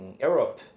Europe